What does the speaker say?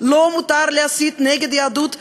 לא מותר להסית נגד יהדות ארצות-הברית,